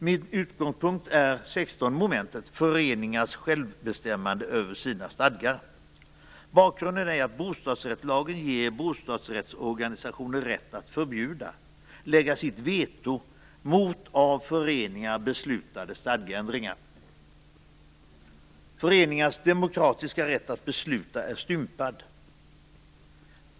Min utgångspunkt är mom. 16: Föreningars självbestämmande över sina stadgar. Bakgrunden är att bostadsrättslagen ger bostadsrättsorganisationer rätt att förbjuda, lägga in sitt veto, mot av föreningar beslutade stadgeändringar. Föreningars demokratiska rätt att besluta är stympad.